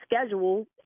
schedule